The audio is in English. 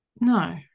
No